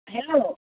hello